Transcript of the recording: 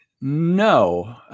no